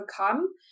overcome